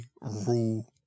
rule